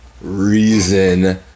reason